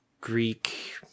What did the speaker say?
Greek